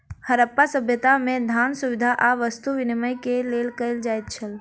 हरप्पा सभ्यता में, धान, सुविधा आ वस्तु विनिमय के लेल कयल जाइत छल